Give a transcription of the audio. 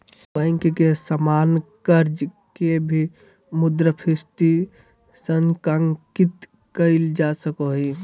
bank के सामान्य कर्ज के भी मुद्रास्फीति सूचकांकित कइल जा सको हइ